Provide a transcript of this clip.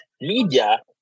Media